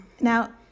Now